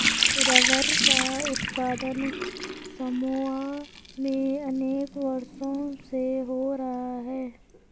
rubber का उत्पादन Samoa में अनेक वर्षों से हो रहा है